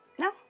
No